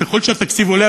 ככל שהתקציב עולה,